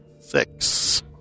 Six